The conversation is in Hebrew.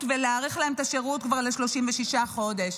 ולהאריך להם את השירות ל-36 חודשים.